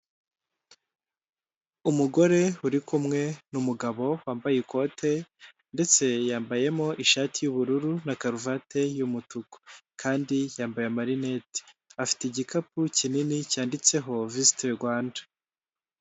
Umugore uri kumwe n'umugabo wambaye ikote ndetse yambayemo ishati y'ubururu na karuvate y'umutuku kandi yambaye marinete, afite igikapu kinini cyanditseho visiti Rwanda.